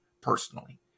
personally